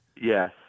Yes